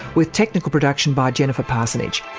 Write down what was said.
with technical production by jennifer parsonage